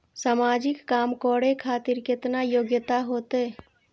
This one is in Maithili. समाजिक काम करें खातिर केतना योग्यता होते?